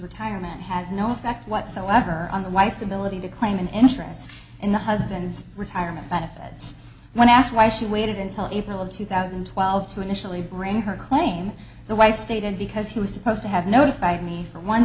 retirement has no effect whatsoever on the wife's ability to claim an interest in the husband's retirement benefits when asked why she waited until april of two thousand and twelve to initially bring her claim the wife stated because he was supposed to have notified me for one